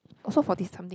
also forty something